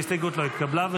ההסתייגות לא התקבלה.